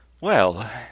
Well